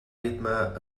ritme